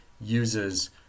uses